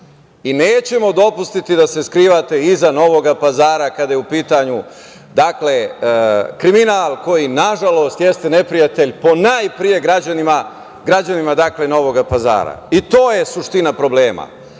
i nećemo dopustiti da se skrivate iza Novog Pazara kada je u pitanju kriminal koji, nažalost, jeste neprijatelj ponajpre građanima Novog Pazara i to je suština problema